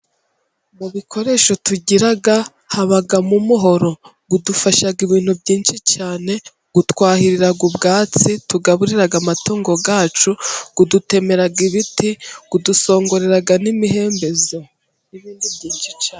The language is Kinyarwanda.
Mu bikoresho tugira habamo umuhoro, udufasha ibintu byinshi cyane, utwahirira ubwatsi tugaburira amatungo yacu, udutemera ibiti, udusongorera n'imihembezo.